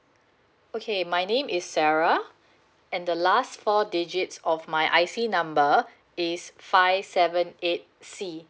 okay my name is sarah and the last four digits of my I_C number is five seven eight C